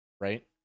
right